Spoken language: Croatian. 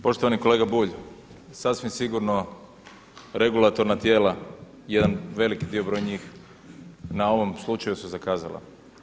Poštovani kolega Bulj, sasvim sigurno regulatorna tijela, jedan veliki dio broj njih na ovom slučaju su zakazala.